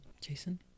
Jason